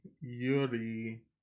yuri